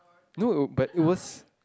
no but it was